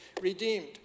redeemed